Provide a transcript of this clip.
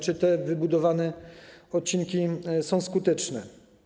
Czy te wybudowane odcinki są skuteczne?